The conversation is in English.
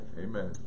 Amen